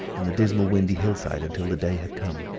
and the dismal windy hillside, until the day had come.